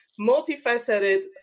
multifaceted